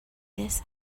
this